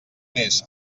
més